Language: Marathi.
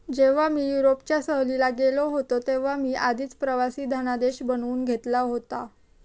जेव्हा मी युरोपच्या सहलीला गेलो होतो तेव्हा मी आधीच प्रवासी धनादेश बनवून घेतला होता